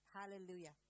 hallelujah